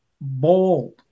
Bold